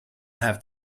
have